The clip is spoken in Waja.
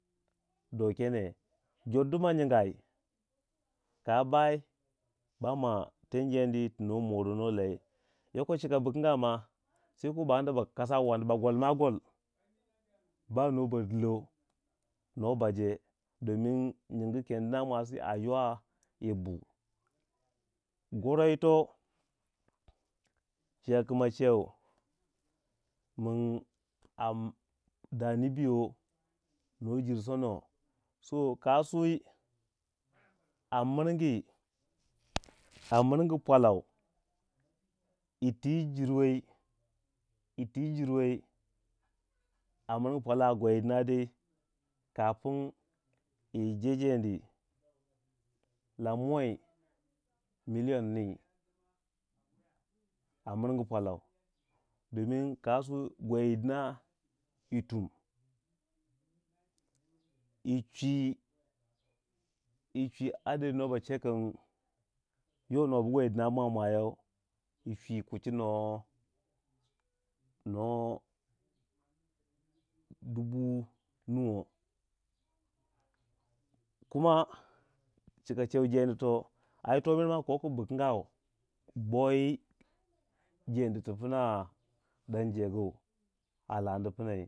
Do kene jordu ma nyingai ka ba yi bama ten jeendi tu nwo moronou a lei yoko chika bu kanga ma saiko ba anda ba kasa wandi ba golma gol ba nwo ba dillo nuwa ba jee domin nyingu ken dina mwasi a ywa yibu goro yito, chika ki ma cheu min da nibiyo nwo jir sono so ka suwi a miringi a miringu pwala yirti yi jirwei yiti jirwei a miringu pwalau a gwai dina dai kapin yi je jeendi lamu wei million nii a mirigu pwalau dinging ka suwi gwei dina yi tum yi cwwi yi chwi adadi nwo ba chekin yo nwo bu gwei dina mwa mwa you yi chwi kuchi nuwa no dubu nuwo kuma chika cheu jeendi to ayito merma ko ku bu kangau boyi jeendi tu pna dan jegu a landi pmai.